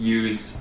use